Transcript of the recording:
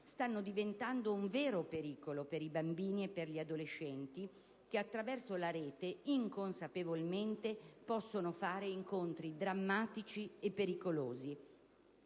stanno diventando un vero pericolo per i bambini e per gli adolescenti che attraverso la rete inconsapevolmente possono fare incontri drammatici e pericolosi.